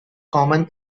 common